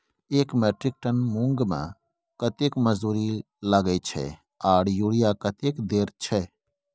एक metric ton मूंग में कतेक मजदूरी लागे छै आर यूरिया कतेक देर छै?